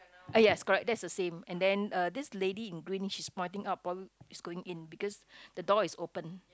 ah yes correct that's the same and then uh this lady in green she's pointing up all she's going in because the door is open